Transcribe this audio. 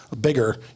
bigger